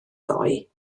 ddoe